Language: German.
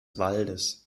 waldes